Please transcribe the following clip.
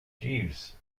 jeeves